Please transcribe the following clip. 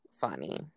funny